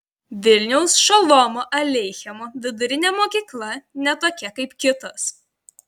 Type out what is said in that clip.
vilniaus šolomo aleichemo vidurinė mokykla ne tokia kaip kitos